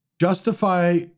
justify